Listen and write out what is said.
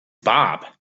bob